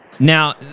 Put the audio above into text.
Now